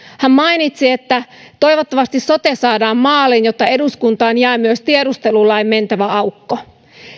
hän mainitsi että toivottavasti sote saadaan maaliin jotta eduskuntaan jää myös tiedustelulain mentävä aukko